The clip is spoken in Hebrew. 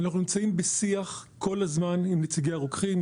אנחנו נמצאים כל הזמן בשיח עם נציגי הרוקחים.